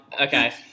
Okay